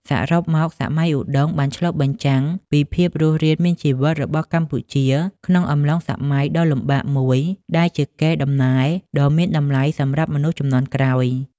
សរុបមក សម័យឧដុង្គបានឆ្លុះបញ្ចាំងពីភាពរស់រានមានជីវិតរបស់កម្ពុជាក្នុងអំឡុងសម័យដ៏លំបាកមួយ ដែលជាកេរដំណែលដ៏មានតម្លៃសម្រាប់មនុស្សជំនាន់ក្រោយ។